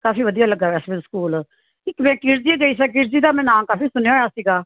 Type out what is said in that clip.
ਕਾਫੀ ਵਧੀਆ ਲੱਗਾ ਵੈਸੇ ਮੈਨੂੰ ਸਕੂਲ ਇੱਕ ਜਿਸ ਦਾ ਮੈਂ ਨਾਮ ਕਾਫੀ ਸੁਣਿਆ ਹੋਇਆ ਸੀਗਾ